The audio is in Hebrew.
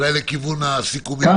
אולי לקראת הסיכומים.